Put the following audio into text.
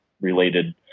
related